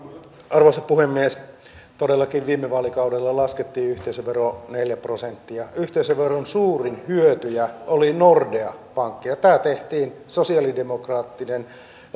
arvoisa puhemies todellakin viime vaalikaudella laskettiin yhteisöveroa neljä prosenttia yhteisöveron suurin hyötyjä oli nordea pankki ja tämä tehtiin sosialidemokraattisen